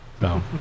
No